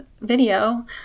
video